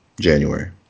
January